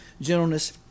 gentleness